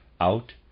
out